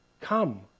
Come